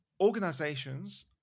Organizations